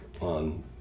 on